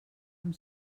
amb